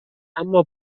اما